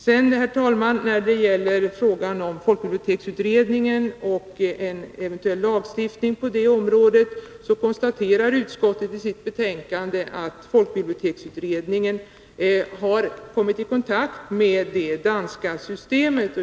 Sedan, herr talman, när det gäller frågan om folkbiblioteksutredningen och en eventuell lagstiftning på det området, konstaterar utskottet i sitt betänkande att utredningen har kommit i kontakt med det danska systemet.